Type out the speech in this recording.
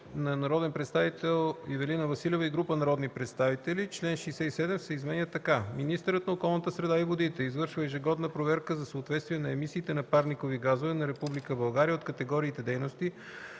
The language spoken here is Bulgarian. на народния представител Ивелина Василева и група народни представители: „Чл. 67 се изменя така: „Чл. 67. (1) Министърът на околната среда и водите извършва ежегодна проверка за съответствие на емисиите на парникови газове на Република България от категориите дейности